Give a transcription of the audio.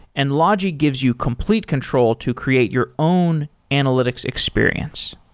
and logi gives you complete control to create your own analytics experience.